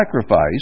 sacrifice